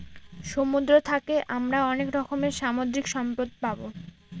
সমুদ্র থাকে আমরা অনেক রকমের সামুদ্রিক সম্পদ পাবো